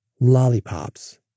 lollipops